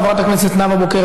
חברת הכנסת נאווה בוקר,